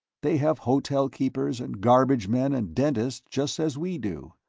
they have hotel keepers and garbage men and dentists just as we do.